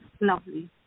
lovely